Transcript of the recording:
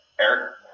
Eric